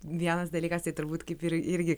vienas dalykas tai turbūt kaip ir irgi